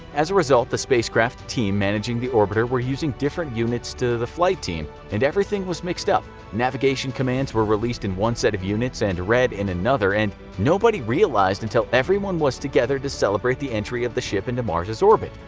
as a result, the spacecraft team managing the orbiter were using different units to the flight team. and everything was mixed up. navigation commands were released in one set of units, and read in another. and yet nobody realized until everyone was together to celebrate the entry of the ship into mars' orbit.